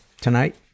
Tonight